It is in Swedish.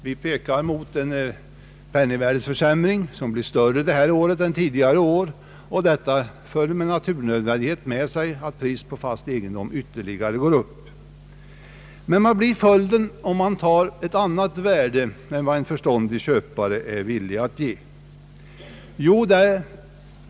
Vi går mot en penningvärdeförsämring som blir större i år än tidigare år, och detta för med naturnödvändighet med sig att priset på fast egendom ytterligare stiger. Vad blir följden om man tar ett annat värde än vad en förståndig köpare är villig att betala?